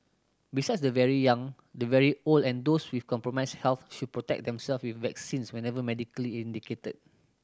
besides the very young the very old and those with compromised health should protect themselves with vaccines whenever medically indicated